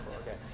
Okay